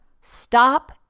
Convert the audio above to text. stop